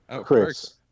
Chris